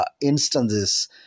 instances